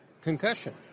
concussion